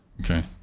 Okay